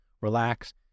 relax